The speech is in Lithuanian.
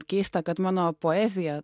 keista kad mano poeziją